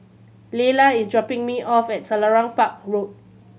Laylah is dropping me off at Selarang Park Road